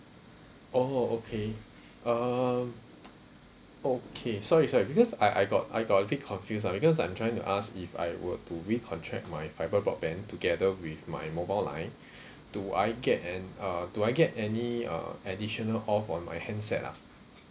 oh okay um okay sorry sorry because I I got I got a bit confused ah because I'm trying to ask if I were to recontract my fibre broadband together with my mobile line do I get an uh do I get any uh additional off on my handset lah